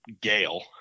gale